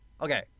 okay